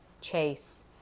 chase